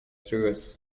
truest